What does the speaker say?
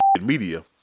media